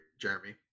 Jeremy